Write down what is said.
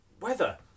Weather